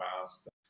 past